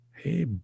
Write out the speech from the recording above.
Hey